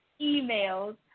emails